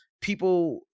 people –